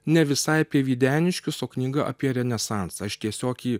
ne visai apie videniškius o knyga apie renesansą aš tiesiog jį